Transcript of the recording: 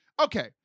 Okay